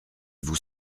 vous